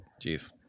Jeez